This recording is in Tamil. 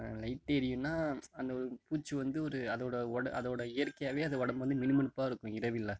லைட் எரியுன்னா அந்த ஒரு பூச்சி வந்து ஒரு அதோட ஒட்ட அதோட இயற்கையாகவே அது உடம்பு வந்து மினுமினுப்பாக இருக்கும் இரவில்ல